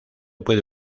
puede